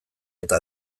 eta